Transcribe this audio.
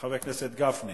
וחבר הכנסת גפני,